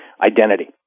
identity